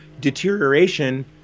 deterioration